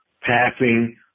passing